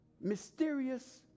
mysterious